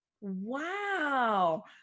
Wow